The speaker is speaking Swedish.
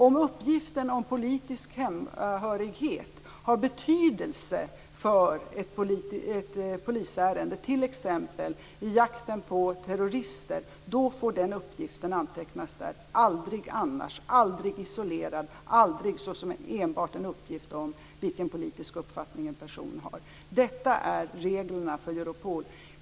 Om uppgiften om politisk hemhörighet har betydelse för ett polisärende, t.ex. i jakten på terrorister, då får den uppgiften antecknas där. Aldrig annars. Aldrig isolerad. Aldrig såsom enbart en uppgift om vilken politisk uppfattning en person har. Detta är reglerna för Europol.